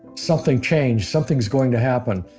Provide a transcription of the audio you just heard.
something changed. something is going to happen.